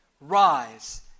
Rise